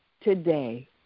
today